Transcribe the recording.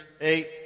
Eight